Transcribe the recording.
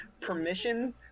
Permission